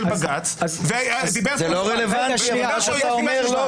בג"ץ --- זה לא רלוונטי מה שאתה אומר.